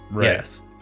Yes